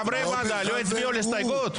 חברי הוועדה לא הצביעו על ההסתייגות.